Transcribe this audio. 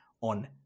on